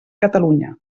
catalunya